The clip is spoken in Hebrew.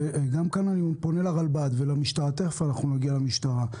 גם כאן אני פונה לרלב"ד ולמשטרה ואומר שהדברים